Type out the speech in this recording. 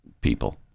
people